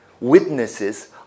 witnesses